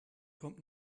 kommt